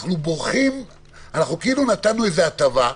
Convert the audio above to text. כאילו נתנו הטבה,